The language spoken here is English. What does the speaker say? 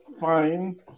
fine